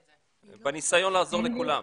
בניסיון לעזור לכולם.